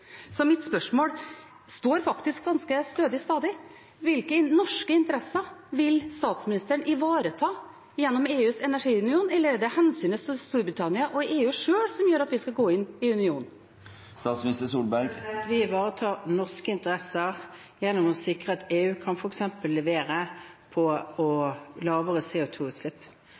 Så mitt spørsmål står faktisk stadig ganske stødig: Hvilke norske interesser vil statsministeren ivareta gjennom EUs energiunion? Eller er det hensynet til Storbritannia og EU sjøl som gjør at vi skal gå inn i unionen? Vi ivaretar norske interesser gjennom f.eks. å sikre at EU kan levere